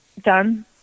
done